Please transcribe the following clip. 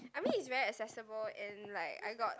I mean it's very accessible and like I got